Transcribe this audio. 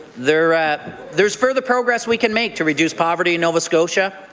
there's there's further progress we can make to reduce poverty in nova scotia.